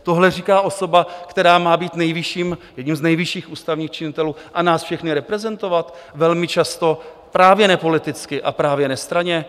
Tohle říká osoba, která má být jedním z nejvyšších ústavních činitelů a nás všechny reprezentovat velmi často právě nepoliticky a právě nestranně?